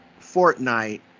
Fortnite